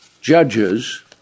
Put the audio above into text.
Judges